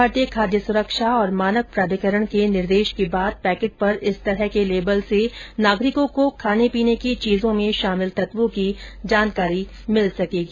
भारतीय खाद्य सुरक्षा और मानक प्राधिकरण के निर्देश के बाद पैकेट पर इस तरह के लेबल से नागरिकों को खाने पीने की चीजों में शामिल तत्वों की जानकारी मिल सकेगी